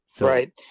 Right